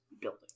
building